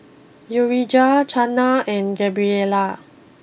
Urijah Chana and Gabriella